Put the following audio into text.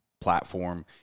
platform